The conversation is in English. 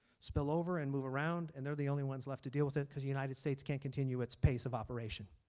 spill over and move around and they are the only ones left to deal with it because the united states can't continue its pace of operation.